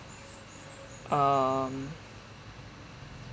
um